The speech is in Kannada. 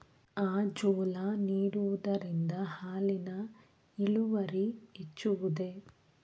ಅಜೋಲಾ ನೀಡುವುದರಿಂದ ಹಾಲಿನ ಇಳುವರಿ ಹೆಚ್ಚುವುದೇ?